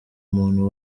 muntu